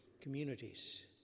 communities